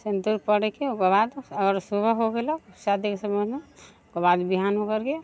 सिन्दूर पड़ैके ओकर बाद आओर सुबह हो गेलक शादीके समय ओकर बाद बिहान हो करके